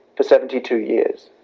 for seventy two years.